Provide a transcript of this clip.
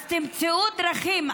אז תמצאו דרכים,